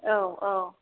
औ औ